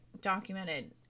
documented